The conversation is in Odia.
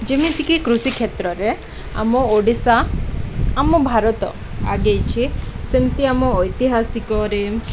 ଯେମିତିକି କୃଷି କ୍ଷେତ୍ରରେ ଆମ ଓଡ଼ିଶା ଆମ ଭାରତ ଆଗେଇଛିି ସେମିତି ଆମ ଐତିହାସିକରେ